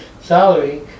salary